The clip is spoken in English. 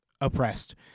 oppressed